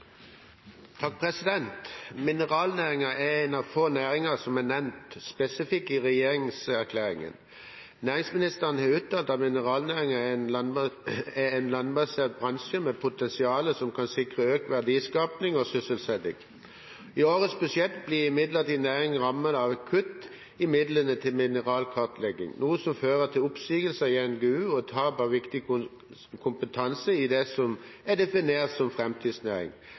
har uttalt at mineralnæringen er en landbasert bransje med potensial som kan sikre økt verdiskaping og sysselsetting. I årets budsjett blir imidlertid næringen rammet av et kutt i midlene til mineralkartlegging, noe som fører til oppsigelser i NGU og tap av viktig kompetanse i det som er definert som en fremtidsnæring.